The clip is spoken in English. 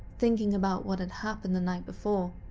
thinking about what had happened the night before,